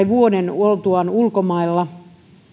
vuoden oltuaan ulkomailla